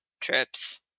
trips